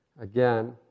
again